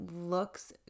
looks